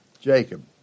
Jacob